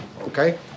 Okay